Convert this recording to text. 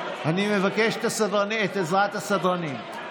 אני מבקש את עזרת הסדרנים.